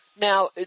Now